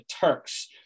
Turks